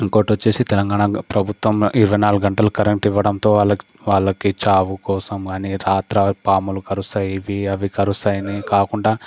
ఇంకోటి వచ్చేసి తెలంగాణ ప్రభుత్వం ఇరవై నాలుగు గంటలు కరెంటు ఇవ్వడంతో వాళ్లకి వాళ్లకి చావు కోసం అనే రాత్ర పాములు కరుస్తాయి ఇవి అవి కరుస్తాయని కాకుండా